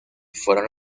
fueron